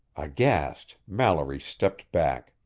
aghast, mallory stepped back.